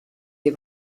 die